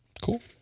Cool